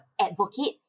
advocates